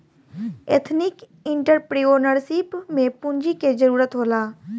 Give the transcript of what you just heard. ethnic entrepreneurship में पूंजी के जरूरत होला